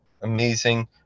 amazing